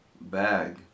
bag